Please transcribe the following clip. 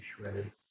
shredded